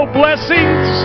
blessings